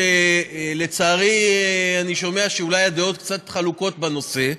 שלצערי אני שומע שאולי הדעות קצת חלוקות בנושא,